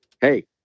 hey